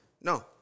no